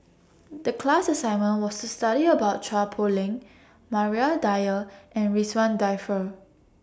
The class assignment was to study about Chua Poh Leng Maria Dyer and Ridzwan Dzafir